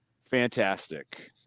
Fantastic